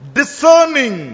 discerning